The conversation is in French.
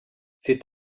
ses